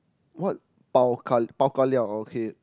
what Bao Kar~ Bao Ka Liao oh okay